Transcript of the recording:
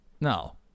No